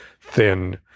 thin